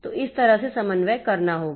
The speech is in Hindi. तो इस तरह से समन्वय करना होगा